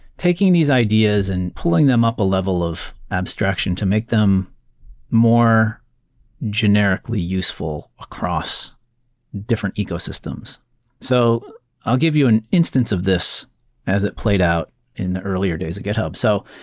taking these ideas and pulling them up a level of abstraction to make them more generically useful across different ecosystems so i'll give you an instance of this as it played out in the earlier days of github. so